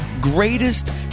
greatest